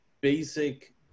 basic